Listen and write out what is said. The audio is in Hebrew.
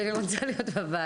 כי אני רוצה להות בוועדה.